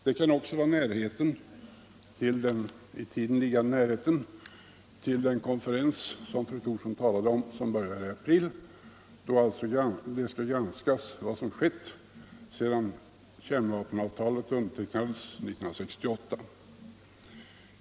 Det kan också vara den i tiden näraliggande konferens — fru Thorsson talade om den — som börjar i april, då man skall granska vad som har skett sedan kärnvapenavtalet undertecknades 1968.